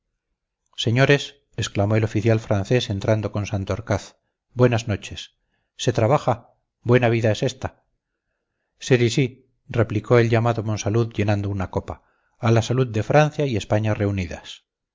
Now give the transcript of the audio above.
señores exclamó el oficial francés entrando con santorcaz buenas noches se trabaja buena vida es esta cerizy replicó el llamado monsalud llenando una copa a la salud de francia y españa reunidas